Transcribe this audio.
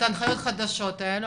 את ההנחיות החדשות האלו,